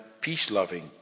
peace-loving